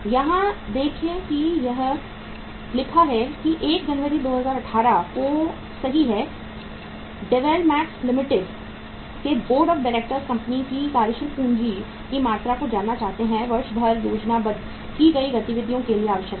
यहां देखें कि यह लिखा है कि 1 जनवरी 2018 को सही है ड्वेल मैक्स लिमिटेड के बोर्ड ऑफ डायरेक्टर्स कंपनी की कार्यशील पूंजी की मात्रा को जानना चाहते हैं वर्ष भर योजनाबद्ध की गई गतिविधियों के लिए आवश्यक है